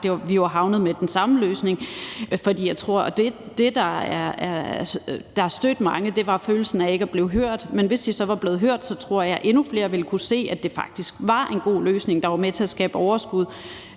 var havnet med den samme løsning. Jeg tror, at det, der har stødt mange, er følelsen ikke at blive hørt. Men hvis de så var blevet hørt, tror jeg, at endnu flere ville have kunnet se, at det faktisk var en god løsning, som var med til at skabe et overskud,